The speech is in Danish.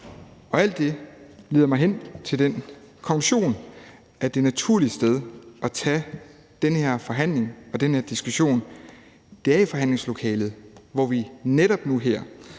Alt det leder mig hen til den konklusion, at det naturlige sted at tage den her forhandling og den her diskussion er i forhandlingslokalet, hvor vi netop nu her